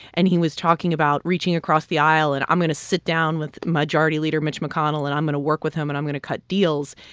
and he was talking about reaching across the aisle. and i'm going to sit down with majority leader mitch mcconnell. and i'm going to work with him. and i'm going to cut deals.